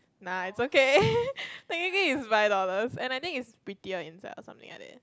nah it's okay technically it's five dollars and I think it's prettier inside or something like that